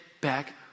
back